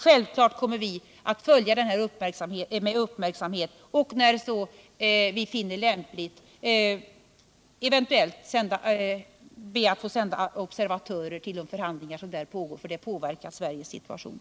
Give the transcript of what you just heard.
Självfallet kommer vi att följa denna utveckling med uppmärksamhet och eventuellt, när vi så finner lämpligt, be att få sända observatörer till de förhandlingar som där pågår, för de påverkar Sveriges situation.